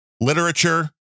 literature